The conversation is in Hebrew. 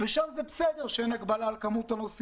אני אתן לו עוד כמה דקות.